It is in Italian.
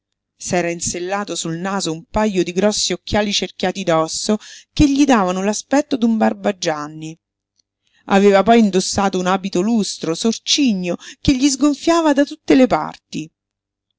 cespugliuta s'era insellato sul naso un pajo di grossi occhiali cerchiati d'osso che gli davano l'aspetto d'un barbagianni aveva poi indossato un abito lustro sorcigno che gli sgonfiava da tutte le parti